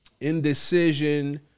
indecision